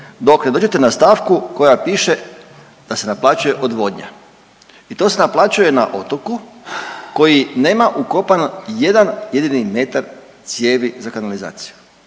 dok ne dođete na stavku koja piše da se naplaćuje odvodnja i to se naplaćuje na otoku koji nema ukopan jedan jedini metar cijevi za kanalizaciju.